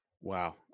wow